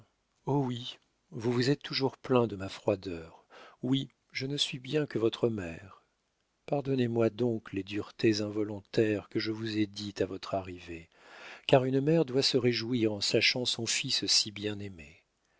vous vous êtes toujours plaint de ma froideur oui je ne suis bien que votre mère pardonnez-moi donc les duretés involontaires que je vous ai dites à votre arrivée car une mère doit se réjouir en sachant son fils si bien